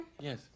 yes